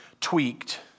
tweaked